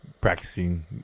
practicing